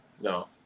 No